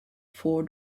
four